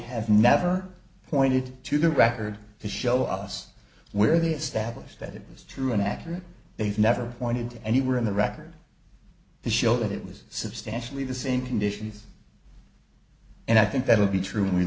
have never pointed to the record to show us where they established that it was true and accurate they've never pointed to anywhere in the record to show that it was substantially the same conditions and i think that will be tru